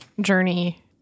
Journey